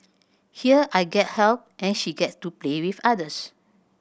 here I get help and she gets to play with others